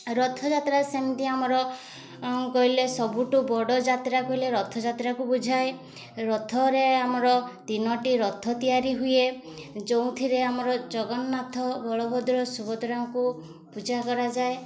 ରଥଯାତ୍ରା ସେମିତି ଆମର କହିଲେ ସବୁଠୁ ବଡ଼ ଯାତ୍ରା କହିଲେ ରଥଯାତ୍ରାକୁ ବୁଝାଏ ରଥରେ ଆମର ତିନୋଟି ରଥ ତିଆରି ହୁଏ ଯୋଉଥିରେ ଆମର ଜଗନ୍ନାଥ ବଳଭଦ୍ର ସୁଭଦ୍ରାଙ୍କୁ ପୂଜା କରାଯାଏ